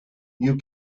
you